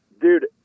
Dude